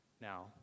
Now